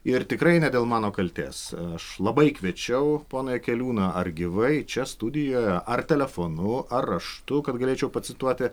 ir tikrai ne dėl mano kaltės aš labai kviečiau poną jakeliūną ar gyvai čia studijoje ar telefonu ar raštu kad galėčiau pacituoti